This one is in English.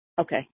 Okay